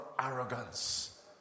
arrogance